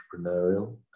entrepreneurial